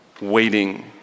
waiting